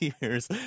years